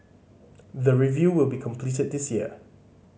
the review will be completed this year